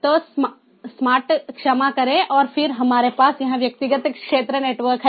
तो स्मार्ट क्षमा करें और फिर हमारे पास यह व्यक्तिगत क्षेत्र नेटवर्क है